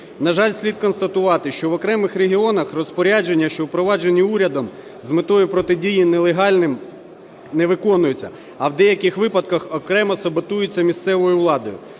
На жаль, слід констатувати, що в окремих регіонах розпорядження, що впроваджені урядом, з метою протидії нелегальним не виконуються, а в деяких випадках – окремо саботується місцевою владою.